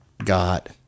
Got